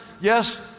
yes